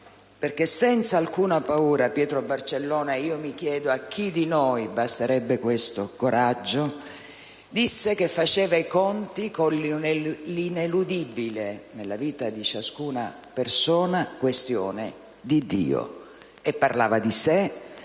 perché senza alcuna paura Pietro Barcellona - e io mi chiedo a chi di noi basterebbe questo coraggio - disse che faceva i conti con l'ineludibile (nella vita di ciascuna persona) questione di Dio. E parlava di sé,